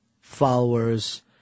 followers